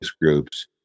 groups